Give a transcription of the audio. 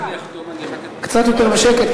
קצת יותר בשקט,